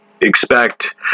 expect